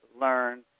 learn